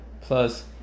Plus